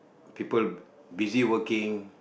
people busy working